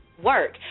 work